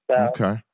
Okay